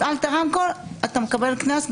הפעלת רמקול, תקבל קנס.